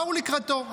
באו לקראתו.